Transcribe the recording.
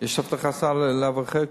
יש הבטחת הכנסה לאברכי כולל,